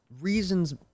reasons